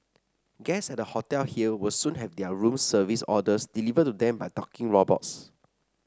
guests at a hotel here will soon have their room service orders delivered to them by talking robots